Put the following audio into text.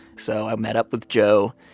so i met up with joe.